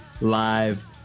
Live